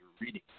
reading